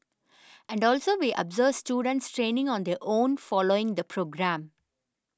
and also we observe students training on their own following the programme